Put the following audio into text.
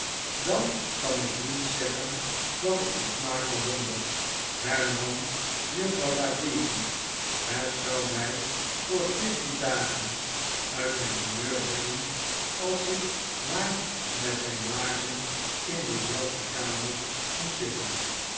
dan kan ik niet zeggen dat ik uw smaak bewonder hernam juffrouw la creevy het zou mij voor veertien dagen uit mijn humeur brengen als ik maar met zijn laarzen in dezelfde kamer moest zitten